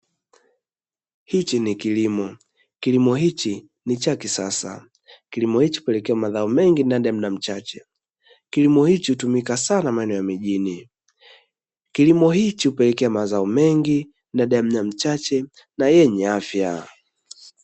Hiki ni kilimo. Kilimo hiki cha kisasa kinatumika sana maeneo ya milimani. Kilimo hiki hupelekea mazao mengi ndani ya muda mchache. Kilimo hiki hutumika sana maeneo ya mjini. Kilimo hiki hupelekea mazao mengi ndani ya muda mchache na yenye afya.